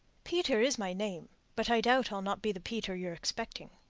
peter is my name but i doubt i'll not be the peter you're expecting.